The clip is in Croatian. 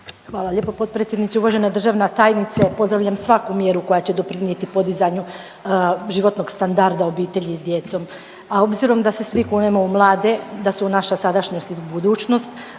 Hvala lijepo potpredsjednice. Uvažena državna tajnice pozdravljam svaku mjeru koja će doprinijeti podizanju životnog standarda obitelji s djecom, a obzirom da se svi kunemo u mlade da su naša sadašnjost i budućnost